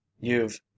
You've